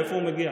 מאיפה הוא מגיע.